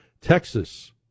Texas